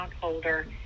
holder